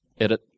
Edit